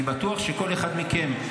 אני בטוח שכל אחד מכם,